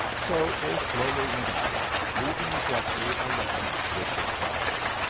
so they slowly went out, leaving geoffrey alone with his thoughts.